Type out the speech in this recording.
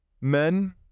Men